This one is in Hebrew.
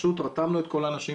פשוט רתמנו את כל האנשים,